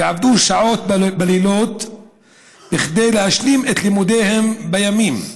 ועבדו שעות בלילות כדי להשלים את לימודיהם בימים.